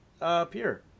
appear